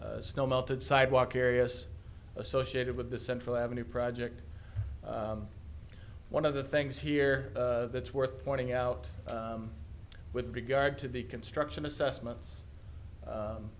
snow melted sidewalk areas associated with the central avenue project one of the things here that's worth pointing out with regard to the construction assessments